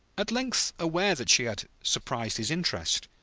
at length aware that she had surprised his interest,